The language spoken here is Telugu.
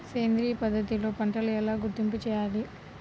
సేంద్రియ పద్ధతిలో పంటలు ఎలా గుర్తింపు చేయాలి?